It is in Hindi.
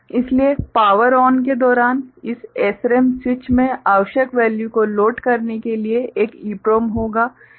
इसलिए पावर ON के दौरानduring powered on इस SRAM स्विच में आवश्यक वैल्यू को लोड करने के लिए एक EPROM होगा